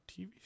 TV